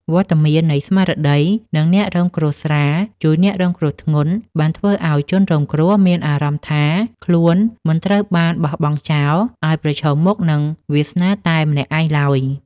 វត្តមាននៃស្មារតី អ្នករងគ្រោះស្រាល ជួយអ្នករងគ្រោះធ្ងន់ បានធ្វើឱ្យជនរងគ្រោះមានអារម្មណ៍ថាខ្លួនមិនត្រូវបានបោះបង់ចោលឱ្យប្រឈមមុខនឹងវាសនាតែម្នាក់ឯងឡើយ។